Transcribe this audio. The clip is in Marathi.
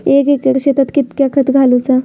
एक एकर शेताक कीतक्या खत घालूचा?